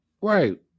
wait